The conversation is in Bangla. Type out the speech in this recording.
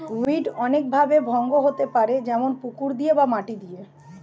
উইড অনেক ভাবে ভঙ্গ হতে পারে যেমন পুকুর দিয়ে বা মাটি দিয়ে